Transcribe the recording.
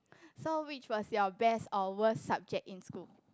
so which was your best or worst subject in school